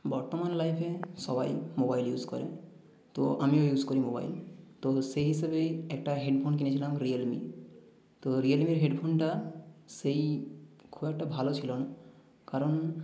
বর্তমান লাইফে সবাই মোবাইল ইউস করে তো আমিও ইউস করি মোবাইল তো সেই হিসেবেই একটা হেডফোন কিনেছিলাম রিয়েলমি তো রিয়েলমির হেডফোনটা সেই খুব একটা ভালো ছিলো না কারণ